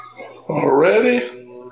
Already